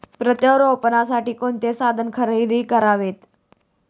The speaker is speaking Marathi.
प्रत्यारोपणासाठी कोणती साधने खरेदी करावीत?